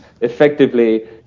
effectively